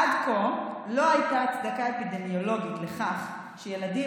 עד כה לא הייתה הצדקה אפידמיולוגית לכך שילדים